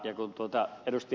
kuten ed